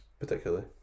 particularly